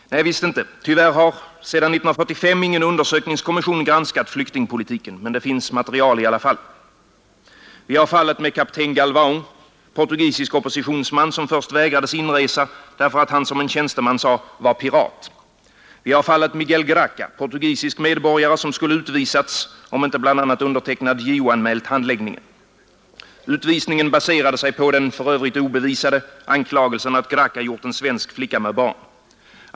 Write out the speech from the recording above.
Nej, visst inte. Tyvärr har sedan 1945 ingen undersökningskommission granskat flyktingpolitiken. Men det finns material i alla fall. Vi har fallet med kapten Galvao, portugisisk oppositionsman, som först vägrades inresa därför att han, som en tjänsteman sade, ”var pirat”. Vi har fallet Miguel Graca, portugisisk medborgare, som skulle utvisats om inte bl.a. undertecknad JO-anmält handläggningen. Utvisningen baserade sig på den — för övrigt obevisade — anklagelsen att Graca gjort en svensk flicka med barn.